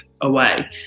away